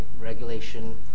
regulation